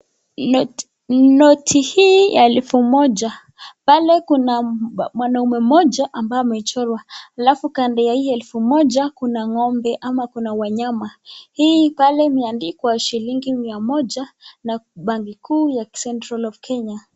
Noti hii ya elfu moja. Pale kuna mwanaume mmoja ambaye amechorwa alafu kando ya hiyo elfu moja kuna ng'ombe ama kuna wanyama. Hii pale imeandikwa shilingi mia moja na banki kuu ya central of Kenya .